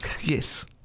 Yes